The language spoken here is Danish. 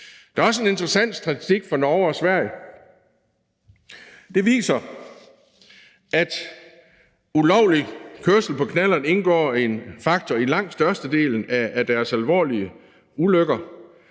Der er også en interessant statistik fra Norge og Sverige. Den viser, at ulovlig kørsel på knallert indgår som faktor i langt størstedelen af deres alvorlige ulykker,